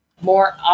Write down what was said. more